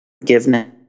forgiveness